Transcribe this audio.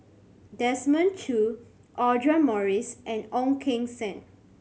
Desmond Choo Audra Morrice and Ong Keng Sen